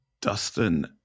Dustin